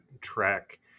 track